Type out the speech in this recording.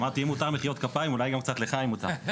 אמרתי אם מותר מחיאות כפיים אולי גם קצת לחיים מותר.